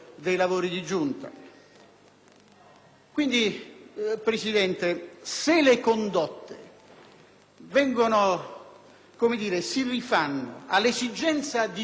Quindi, Presidente, se le condotte si rifanno all'esigenza divulgativa